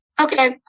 Okay